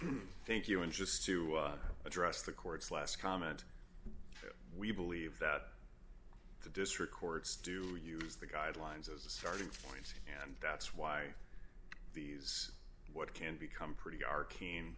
rebuttal thank you and just to address the court's last comment we believe that the district courts do we use the guidelines as a starting point and that's why these what can become pretty arcane